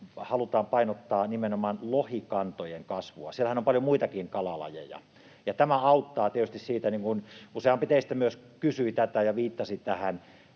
halutaan painottaa nimenomaan lohikantojen kasvua — siellähän on paljon muitakin kalalajeja, ja tämä auttaa tietysti. Useampi teistä myös kysyi tätä ja viittasi tähän.